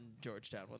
Georgetown